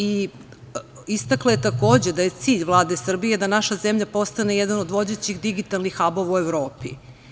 Istakla je takođe da je cilj Vlade Srbije da naša zemlja postane jedan od vodećih digitalnih habova u Evropi.